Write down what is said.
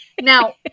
now